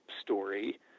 story